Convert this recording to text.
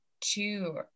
two